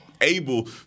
able